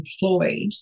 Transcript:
employed